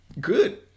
good